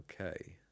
okay